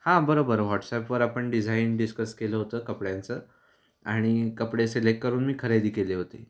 हां बरोबर व्हॉट्सॲपवर आपण डिझाईन डिस्कस केलं होतं कपड्यांचं आणि कपडे सिलेक करून मी खरेदी केले होते